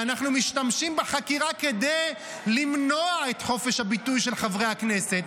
אנחנו משתמשים בחקירה כדי למנוע את חופש הביטוי של חברי הכנסת,